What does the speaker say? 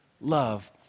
love